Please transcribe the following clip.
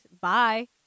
bye